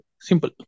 Simple